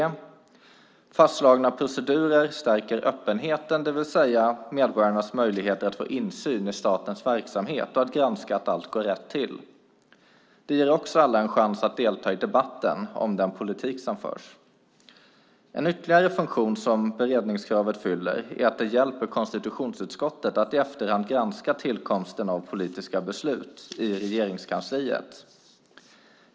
Fastslagna procedurer stärker öppenheten, det vill säga medborgarnas möjligheter att få insyn i statens verksamhet och att granska att allt går rätt till. Det ger också alla en chans att delta i debatten om den politik som förs. En ytterligare funktion som beredningskravet fyller är att det hjälper konstitutionsutskottet att i efterhand granska tillkomsten av politiska beslut i Regeringskansliet.